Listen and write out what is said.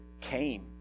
came